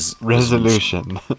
Resolution